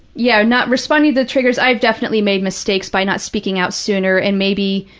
yeah, not responding to the triggers, i have definitely made mistakes by not speaking out sooner and maybe